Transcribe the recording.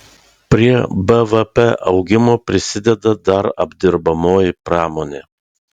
prie bvp augimo prisideda dar apdirbamoji pramonė